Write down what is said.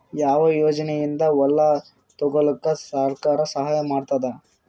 ಯಾವ ಯೋಜನೆಯಿಂದ ಹೊಲ ತೊಗೊಲುಕ ಸರ್ಕಾರ ಸಹಾಯ ಮಾಡತಾದ?